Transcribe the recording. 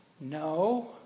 No